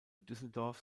düsseldorf